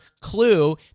clue